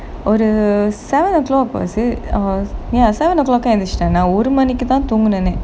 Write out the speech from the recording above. ஒரு:oru seven O'clock was it uh ya seven O'clock லாம் எந்திரிச்சிட்டேன் நான் ஒரு மணிக்குத்தான் தூங்குனேன்:laam enthiruchittaen naan oru manikuthaan thoongunaen